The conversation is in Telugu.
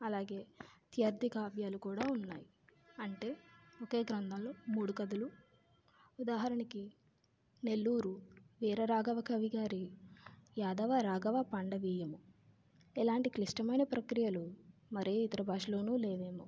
అలాగే ద్వ్యర్థి కావ్యాలు కూడా ఉన్నాయి అంటే ఒకే గ్రంథంలో మూడు కథలు ఉదాహరణకి నెల్లూరు వీర రాఘవ కవి గారి యాదవ రాఘవ పాండవీయం ఎలాంటి క్రిష్టమైన ప్రక్రియలు మరి ఇతర భాషలో లేవు ఏమో